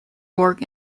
work